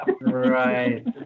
Right